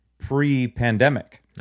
pre-pandemic